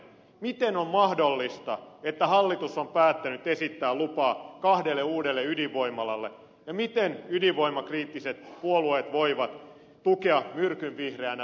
miten on mahdollista että hallitus on päättänyt esittää lupaa kahdelle uudelle ydinvoimalalle ja miten ydinvoimakriittiset puolueet voivat tukea myrkynvihreänä säteilevää hallitusta